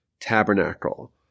tabernacle